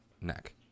neck